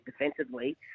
defensively